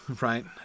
right